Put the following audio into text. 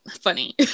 funny